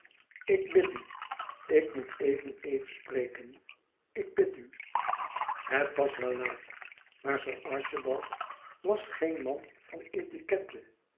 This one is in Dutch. ik bid u ik moet even eve spreken ik bid u het was wel laat maar sir archibald was geen man van